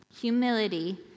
humility